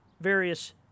various